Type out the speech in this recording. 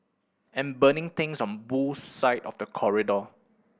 and burning things on Boo's side of the corridor